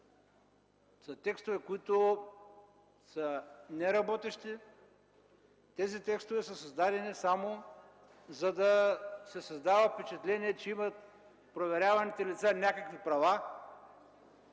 са текстове, които са неработещи. Тези текстове са създадени само, за да се създава впечатление, че проверяваните лица имат някакви права